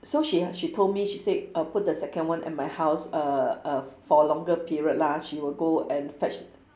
so she ah she told me she said err put the second one at my house err err for longer period lah she will go and fetch